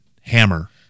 hammer